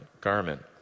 garment